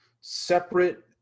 separate